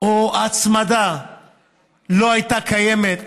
או שההצמדה לא הייתה קיימת